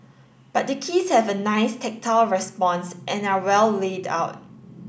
but the keys have a nice tactile response and are well laid out